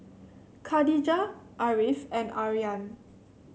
Khadija Ariff and Aryan